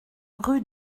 rue